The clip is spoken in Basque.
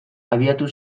abiatu